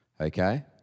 okay